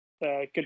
good